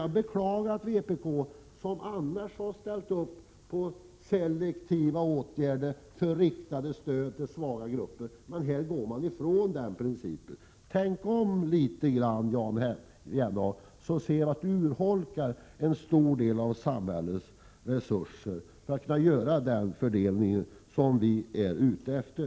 Jag beklagar att vpk, som annars har ställt upp för selektiva åtgärder, riktade stöd till svaga grupper, här går ifrån den principen. Tänk efter lite grand, Jan Jennehag, så ser ni att ni urholkar en stor del av samhällets resurser när det gäller att kunna göra den fördelning som vi är ute efter.